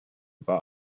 war